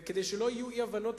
וכדי שלא יהיו אי-הבנות,